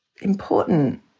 important